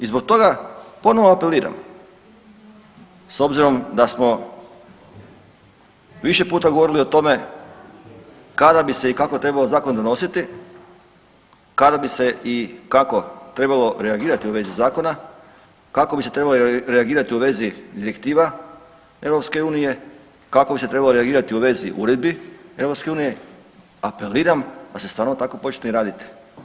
I zbog toga ponovo apeliram, s obzirom da smo više puta govorili o tome kada bi se i kako trebao zakon donositi, kada bi se i kako trebalo reagirati u vezi zakona, kako bi se trebalo reagirati u vezi direktiva EU, kako bi se trebalo reagirati u vezi uredbi EU apeliram da se stvarno tako počne i raditi.